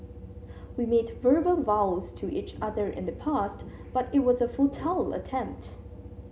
we made verbal vows to each other in the past but it was a futile attempt